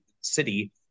city